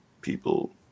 people